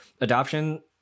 adoption